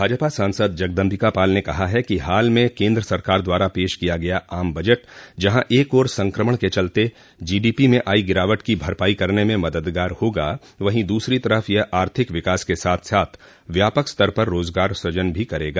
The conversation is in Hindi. भाजपा सांसद जगदम्बिका पाल ने कहा है कि हाल में केन्द्र सरकार द्वारा पेश किया गया आम बजट जहां एक ओर संक्रमण के चलते जीडीपी में आई गिरावट की भरपाई करने मे मददगार होगा वहीं दूसरी तरफ यह आर्थिक विकास के साथ साथ व्यापक स्तर पर रोजगार सृजन भी करेगा